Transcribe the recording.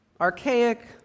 archaic